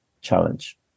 challenge